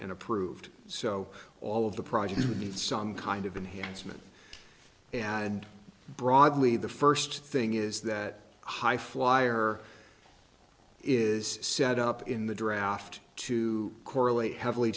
and approved so all of the projects would need some kind of enhanced mint and broadly the first thing is that high flyer is set up in the draft to correlate heavily